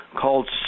called